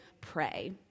pray